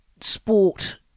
Sport